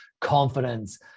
confidence